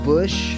Bush